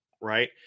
right